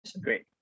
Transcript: Great